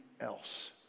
else